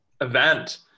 event